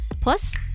Plus